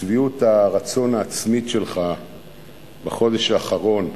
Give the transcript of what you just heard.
שביעות הרצון העצמית שלך בחודש האחרון,